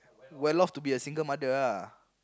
well off to be a single mother lah